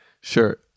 sure